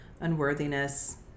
unworthiness